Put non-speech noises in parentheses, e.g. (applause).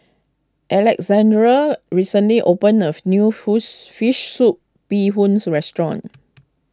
Alessandra recently opened of New (unintelligible) Fish Soup Bee Hoon so restaurant (noise)